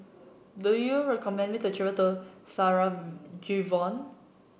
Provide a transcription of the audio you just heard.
do you recommend me to travel to Sarajevo